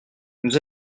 nous